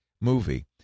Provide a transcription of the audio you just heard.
movie